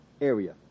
area